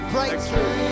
Breakthrough